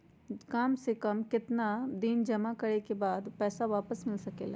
काम से कम केतना दिन जमा करें बे बाद पैसा वापस मिल सकेला?